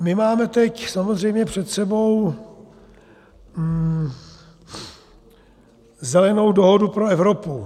My máme teď samozřejmě před sebou Zelenou dohodu pro Evropu.